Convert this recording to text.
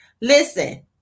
Listen